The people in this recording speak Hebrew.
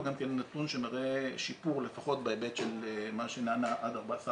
הוא גם נתון שמראה שיפור לפחות בהיבט של מה שנענה עד 14 ימים.